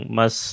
mas